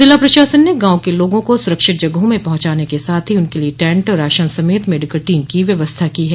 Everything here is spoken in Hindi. जिला प्रशासन ने गांव के लोगों को सुरक्षित जगहों में पहुंचाने के साथ ही उनके लिए टैंट राशन समेत मेडिकल टीम की व्यवस्था की है